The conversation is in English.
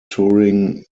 touring